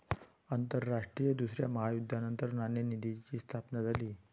आंतरराष्ट्रीय दुसऱ्या महायुद्धानंतर नाणेनिधीची स्थापना झाली